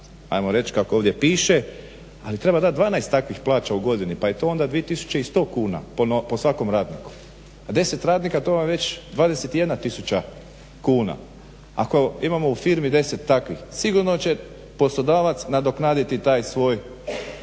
ajmo reći kako ovdje piše, ali treba dati 12 takvih plaća u godini pa je to 2100 kuna po svakom radniku, a 10 radnika to vam je već 21 tisuća kuna. Ako imamo u firmi 10 takvih sigurno će poslodavac nadoknaditi taj svoj